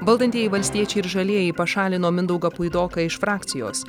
valdantieji valstiečiai ir žalieji pašalino mindaugą puidoką iš frakcijos